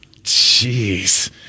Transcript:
Jeez